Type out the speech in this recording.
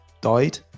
died